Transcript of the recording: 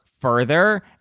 further